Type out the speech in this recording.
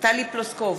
טלי פלוסקוב,